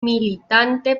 militante